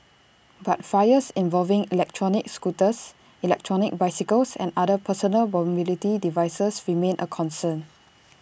but fires involving electronic scooters electronic bicycles and other personal mobility devices remain A concern